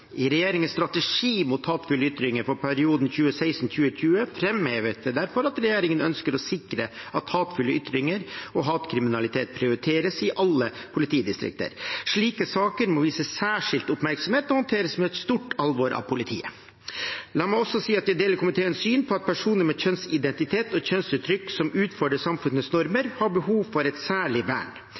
I regjeringens strategi mot hatefulle ytringer for perioden 2016–2020 framheves det derfor at regjeringen ønsker å sikre at hatefulle ytringer og hatkriminalitet prioriteres i alle politidistrikter. Slike saker må vises særskilt oppmerksomhet og håndteres med stort alvor av politiet. La meg også si at jeg deler komiteens syn på at personer med en kjønnsidentitet og et kjønnsuttrykk som utfordrer samfunnets normer, har behov for et særlig vern. Etter likestillings- og diskrimineringsloven har disse personene et sivilrettslig vern